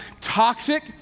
toxic